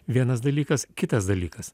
vienas dalykas kitas dalykas